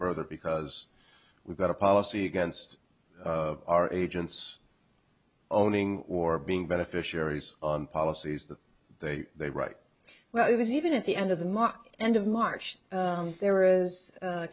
further because we've got a policy against our agents owning or being beneficiaries on policies that they they write well this even at the end of the not end of march there is